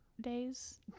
days